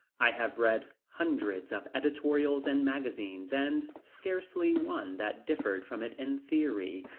i have read hundreds of editorials and magazines, and scarcely one that differed from it in theory.